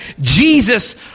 Jesus